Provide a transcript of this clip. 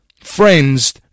FRIENDS